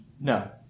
No